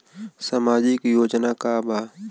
सामाजिक योजना का बा?